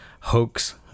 Hoax